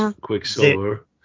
Quicksilver